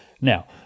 Now